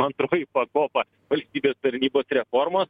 antroji pakopa valstybės tarnybos reformos